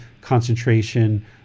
concentration